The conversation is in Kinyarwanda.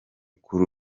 kuri